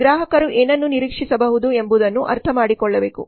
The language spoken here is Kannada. ಗ್ರಾಹಕರು ಏನನ್ನು ನಿರೀಕ್ಷಿಸಬಹುದು ಎಂಬುದನ್ನು ಅರ್ಥಮಾಡಿಕೊಳ್ಳಬೇಕು